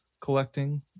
collecting